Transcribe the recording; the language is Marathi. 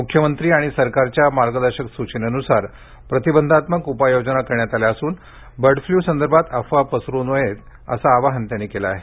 मुख्यमंत्री आणि सरकारच्या मार्गदर्शक सूचनेनुसार प्रतिबंधात्मक उपाययोजना करण्यात आल्या असून बर्ड फ्लूसंदर्भात अफवा पसरवू नयेत असं आवाहन त्यांनी केलं आहे